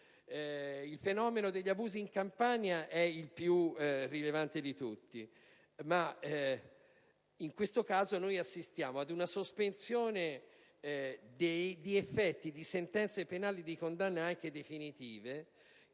Il fenomeno degli abusi edilizi in Campania è il più rilevante tra tutti, ma in questo caso assistiamo ad una sospensione di effetti di sentenze penali di condanna, anche definitive, che